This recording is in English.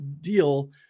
deal